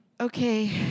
Okay